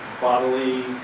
bodily